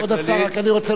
רק אני רוצה לומר לך,